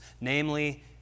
namely